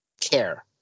care